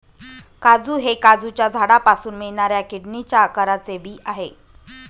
काजू हे काजूच्या झाडापासून मिळणाऱ्या किडनीच्या आकाराचे बी आहे